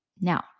Now